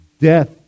Death